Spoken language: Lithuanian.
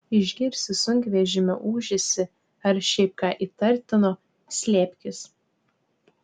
išgirsi sunkvežimio ūžesį ar šiaip ką įtartino slėpkis